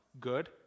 good